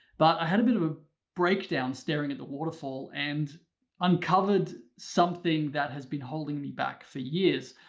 but i had a bit of a breakdown staring at the waterfall and uncovered something that has been holding me back for years.